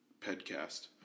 podcast